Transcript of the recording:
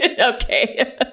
okay